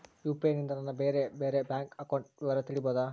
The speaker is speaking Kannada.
ಯು.ಪಿ.ಐ ನಿಂದ ನನ್ನ ಬೇರೆ ಬೇರೆ ಬ್ಯಾಂಕ್ ಅಕೌಂಟ್ ವಿವರ ತಿಳೇಬೋದ?